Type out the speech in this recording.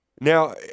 now